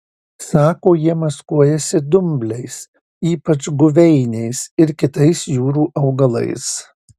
sako jie maskuojasi dumbliais ypač guveiniais ir kitais jūrų augalais